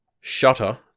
Shutter